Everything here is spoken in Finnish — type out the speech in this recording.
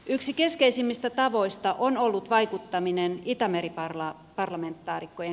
yksi keskeisimmistä tavoista on ollut vaikuttaminen itämeriparlamentaarikkojen kautta